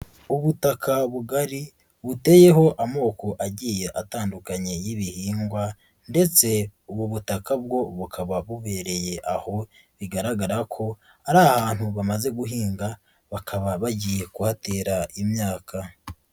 Ubutaka bugari buteyeho amoko agiye atandukanye y'ibihingwa ndetse ubu butaka bwo bukaba bubereye aho, bigaragara ko ari ahantu bamaze guhinga bakaba bagiye kuhatera imyaka.